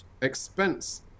expense